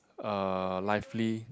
uh lively